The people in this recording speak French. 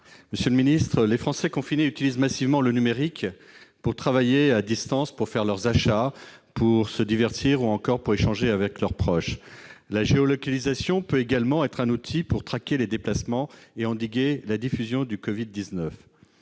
du numérique, les Français confinés utilisent massivement le numérique pour travailler à distance, pour faire leurs achats, pour se divertir ou encore pour échanger avec leurs proches. La géolocalisation peut être par ailleurs un outil pour traquer les déplacements et endiguer la diffusion du Covid-19.